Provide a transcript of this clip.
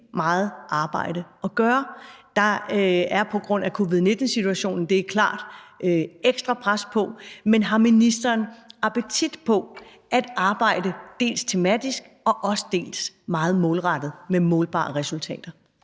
meget arbejde at gøre. Der er på grund af covid-19-situationen – det er klart – ekstra pres på, men har ministeren appetit på at arbejde både tematisk, men også meget målrettet med målbare resultater?